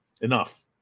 enough